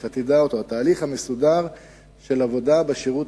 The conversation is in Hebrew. שאתה תדע אותו: התהליך המסודר של עבודה בשירות